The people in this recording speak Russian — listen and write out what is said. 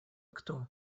кто